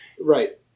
Right